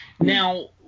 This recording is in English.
Now